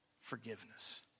Forgiveness